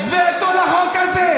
במקום שתבואו ותטילו וטו על החוק הזה.